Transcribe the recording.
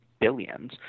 Billions